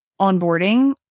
onboarding